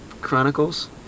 Chronicles